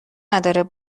نداره